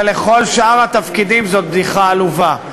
אבל כל שאר התפקידים, זאת בדיחה עלובה.